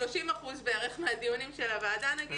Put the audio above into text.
ב- 30% מהדיונים של הוועדה.